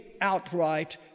outright